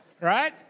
right